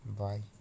bye